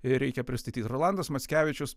ir reikia pristatyt rolandas mackevičius